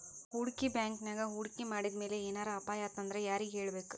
ಹೂಡ್ಕಿ ಬ್ಯಾಂಕಿನ್ಯಾಗ್ ಹೂಡ್ಕಿ ಮಾಡಿದ್ಮ್ಯಾಲೆ ಏನರ ಅಪಾಯಾತಂದ್ರ ಯಾರಿಗ್ ಹೇಳ್ಬೇಕ್?